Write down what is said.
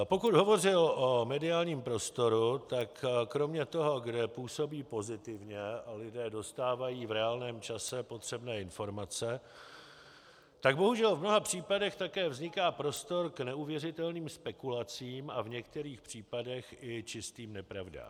Pokud hovořil o mediálním prostoru, tak kromě toho, kde působí pozitivně a lidé dostávají v reálném čase potřebné informace, tak bohužel v mnoha případech také vzniká prostor k neuvěřitelným spekulacím a v některých případech i čistým nepravdám.